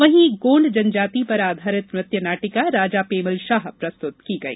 वहीं गोंड जनजातीय पर आधारित नृत्य नाटिका राजा पेमलशाह प्रस्तुत की गई